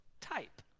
type